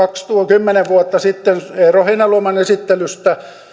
kymmenen vuotta sitten eero heinäluoman esittelystä